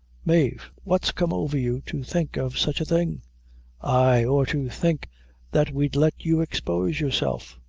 mave what's come over you, to think of sich a thing ay, or to think that we'd let you expose yourself?